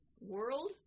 World